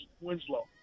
Winslow